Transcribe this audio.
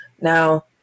Now